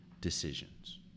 decisions